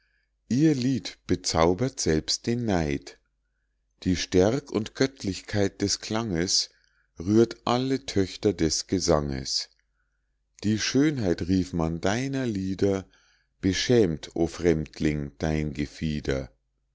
ihr lied bezaubert selbst den neid die stärk und göttlichkeit des klanges rührt alle töchter des gesanges die schönheit rief man deiner lieder beschämt o fremdling dein gefieder